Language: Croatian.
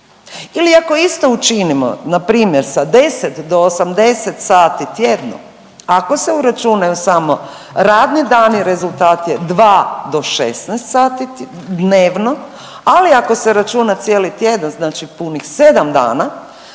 Ili ako isto učinimo na primjer sa 10 do 80 sati tjedno, ako se uračunaju samo radni dani rezultat je dva do 16 sati dnevno, ali ako se računa cijeli tjedan, znači punih 7 dana